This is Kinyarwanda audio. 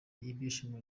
ibyishimo